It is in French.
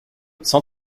cent